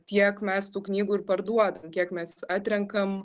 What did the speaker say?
tiek mes tų knygų ir parduodam kiek mes atrenkam